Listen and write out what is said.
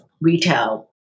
retail